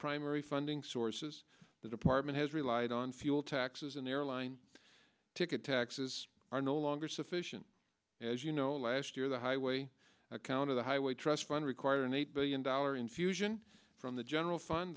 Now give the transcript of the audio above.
primary funding sources the department has relied on fuel taxes in airline ticket taxes are no longer sufficient as you know last year the highway account of the highway trust fund require an eight billion dollar infusion from the general fund